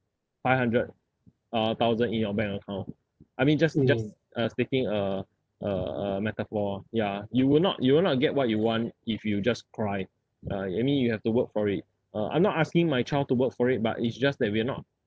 five hundred uh thousand in your bank account I mean just just uh speaking a a a metaphor lah ya you will not you will not get what you want if you just cry uh I mean you have to work for it uh I'm not asking my child to work for it but it's just that we are not